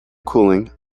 cooling